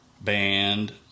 band